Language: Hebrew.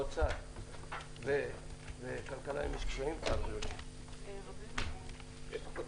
תם ולא נשלם, אקבל